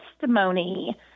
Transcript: testimony